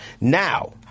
Now